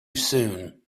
soon